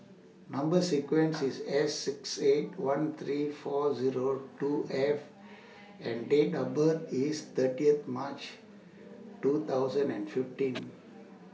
Number sequence IS S six eight one three four Zero two F and Date of birth IS thirtieth March two thousand and fifteen